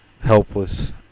helpless